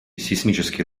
сейсмические